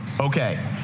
Okay